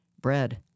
bread